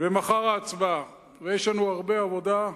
מחר ההצבעה, ויש לנו הרבה עבודה.